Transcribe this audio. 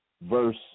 verse